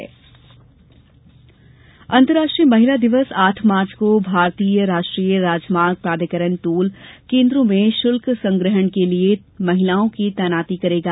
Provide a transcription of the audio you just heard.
राष्ट्रीय राजमार्ग प्राधिकरण अंतर्राष्ट्रीय महिला दिवस आठ मार्च को भारतीय राष्ट्रीय राजमार्ग प्राधिकरण टोल केंद्रों में शुल्क संग्रहण के लिए महिलाओं की तैनाती करेगा